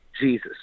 Jesus